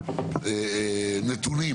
להכין נתונים